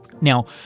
Now